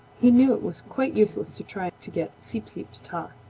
he knew it was quite useless to try to get seep-seep to talk,